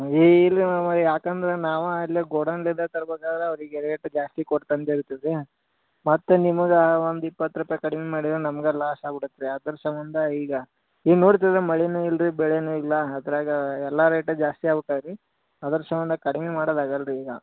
ಏಯ್ ಇಲ್ಲ ಮೇಡಮ್ಮವರೆ ಯಾಕಂದ್ರೆ ನಾವು ಅಲ್ಲಿ ಗೋಡಾನ್ನಿಂದ ತರ್ಬೇಕಾದ್ರೆ ಅವರಿಗೆ ರೇಟ್ ಜಾಸ್ತಿ ಕೊಟ್ಟು ತಂದಿರ್ತೀವಿ ಮತ್ತೆ ನಿಮಗೆ ಒಂದು ಇಪ್ಪತ್ತು ರೂಪಾಯಿ ಕಡಿಮೆ ಮಾಡಿರೆ ನಮ್ಗೆ ಲಾಸ್ ಆಗ್ಬಿಡತ್ತೆ ರೀ ಅದರ ಸಂಬಂಧ ಈಗ ಈಗ ನೋಡ್ತಿದ್ರೆ ಮಳೆನು ಇಲ್ಲ ರೀ ಬೆಳೆನೂ ಇಲ್ಲ ಅದ್ರಾಗ ಎಲ್ಲ ರೇಟ ಜಾಸ್ತಿ ಆಗ್ಬಿಟ್ಟಾವೆ ರೀ ಅದರ ಸಂಬಂಧ ಕಡ್ಮೆ ಮಾಡೋದ್ ಆಗಲ್ಲ ರೀ ಈಗ